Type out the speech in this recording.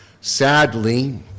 Sadly